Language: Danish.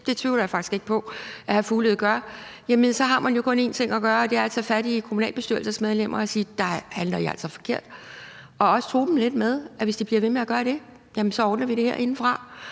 det tvivler jeg faktisk ikke på at hr. Mads Fuglede gør – er der kun en ting at gøre, og det er at tage fat i kommunalbestyrelsesmedlemmerne og sige, at der handler de altså forkert, og også true dem lidt med, at hvis de bliver ved med at gøre det, jamen så ordner vi det herindefra.